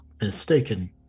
mistaken